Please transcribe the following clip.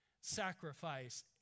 sacrifice